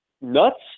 nuts